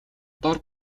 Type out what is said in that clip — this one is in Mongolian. дор